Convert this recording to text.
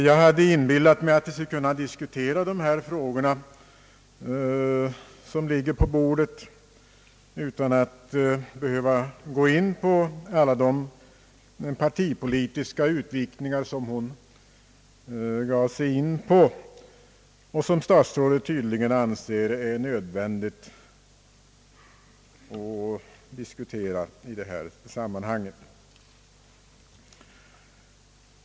Jag hade nämligen inbillat mig att vi skulle kunna diskutera de ärenden som ligger på riksdagens bord utan alla de partipolitiska utvikningar som statsrådet Odhnoff gav sig in på och som statsrådet tydligen anser det nödvändigt att debattera i detta sammanhang.